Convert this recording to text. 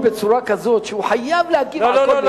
בצורה כזאת שהוא חייב להגיב על כל מלה.